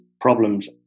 problems